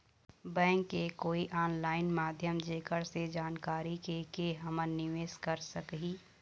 Bank के कोई online माध्यम जेकर से जानकारी के के हमन निवेस कर सकही?